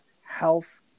health